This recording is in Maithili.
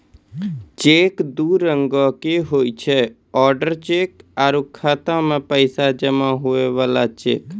चेक दू रंगोके हुवै छै ओडर चेक आरु खाता मे पैसा जमा हुवै बला चेक